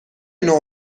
نوع